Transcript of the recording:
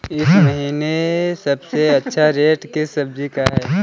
इस महीने सबसे अच्छा रेट किस सब्जी का है?